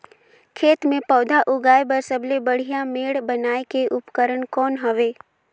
खेत मे पौधा उगाया बर सबले बढ़िया मेड़ बनाय के उपकरण कौन हवे?